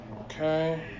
Okay